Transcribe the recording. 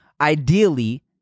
Ideally